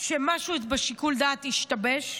שמשהו בשיקול הדעת השתבש.